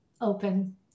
open